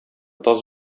таз